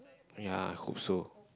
ya I hope so